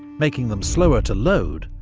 making them slower to load,